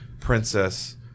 Princess